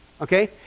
Okay